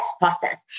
process